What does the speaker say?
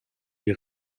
die